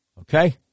okay